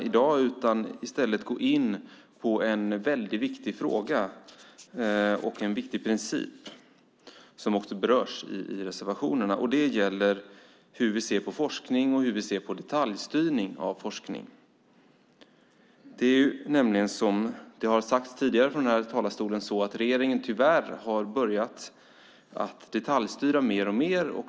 I stället tänker jag gå in på en mycket viktig fråga och en viktig princip som också berörs i reservationerna. Det gäller hur vi ser på forskning och på detaljstyrningen av forskningen. Som tidigare sagts här i talarstolen har regeringen, tyvärr, börjat detaljstyra alltmer.